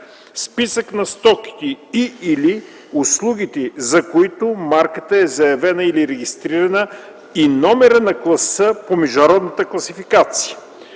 списък на стоките и/или услугите, за които марката е заявена или регистрирана, и номера на класа по Международната класификация;